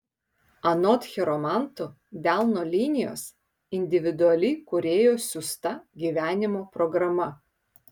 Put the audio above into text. anot chiromantų delno linijos individuali kūrėjo siųsta gyvenimo programa